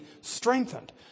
strengthened